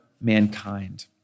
mankind